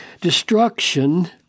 destruction